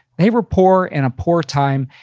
they were poor in a poor time,